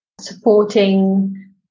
supporting